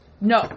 No